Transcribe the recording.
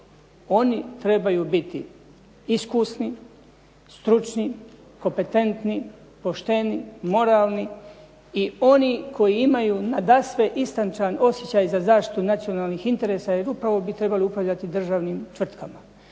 oni trebaju biti: iskusni, stručni, kompetentni, pošteni, moralni i oni koji imaju nadasve istančan osjećaj za zaštitu nacionalnih interesa jer upravo bi trebali upravljati državnim tvrtkama.